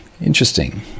Interesting